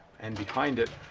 and behind it,